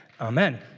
Amen